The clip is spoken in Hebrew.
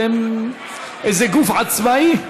אתם איזה גוף עצמאי.